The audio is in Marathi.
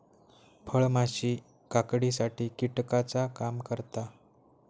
फळमाशी काकडीसाठी कीटकाचा काम करता